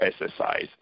exercise